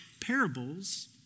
parables